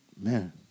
man